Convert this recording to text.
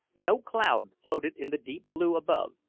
no cloud floated in the deep blue above,